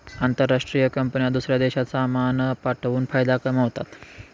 आंतरराष्ट्रीय कंपन्या दूसऱ्या देशात सामान पाठवून फायदा कमावतात